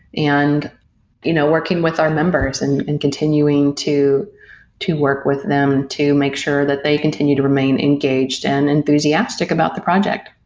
and you know working with our members and and continuing to to work with them to make sure that they continue to remain engaged and enthusiastic about the project.